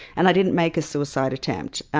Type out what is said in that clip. and i didn't make a suicide attempt.